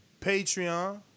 Patreon